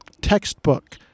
textbook